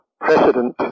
precedent